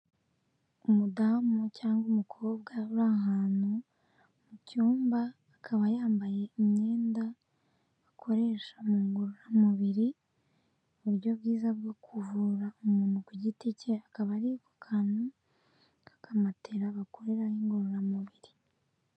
Umudamu cyangwa umukobwa uri ahantu mu cyumba akaba yambaye imyenda bakoresha mu ngororamubiri, uburyo bwiza bwo kuvura umuntu ku giti cye akaba ari ku kantu k'akamatera bakorera ingororamubiri.